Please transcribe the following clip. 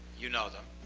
you know them.